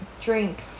drink